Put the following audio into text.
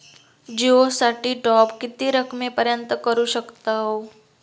जिओ साठी टॉप किती रकमेपर्यंत करू शकतव?